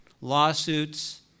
lawsuits